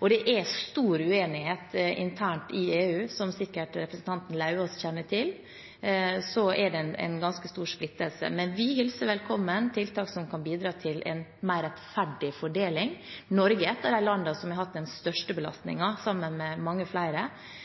Det er stor uenighet internt i EU, som sikkert representanten Lauvås kjenner til. Det er en ganske stor splittelse. Men vi hilser velkommen tiltak som kan bidra til en mer rettferdig fordeling. Norge er et av de landene som har hatt den største belastningen, sammen med mange flere.